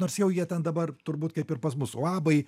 nors jau jie ten dabar turbūt kaip ir pas mus uabai